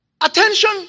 Attention